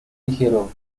dijeron